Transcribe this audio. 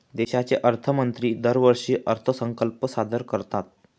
देशाचे अर्थमंत्री दरवर्षी अर्थसंकल्प सादर करतात